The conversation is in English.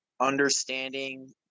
understanding